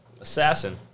Assassin